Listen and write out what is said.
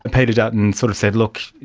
ah peter dutton sort of said, look,